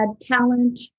talent